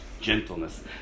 gentleness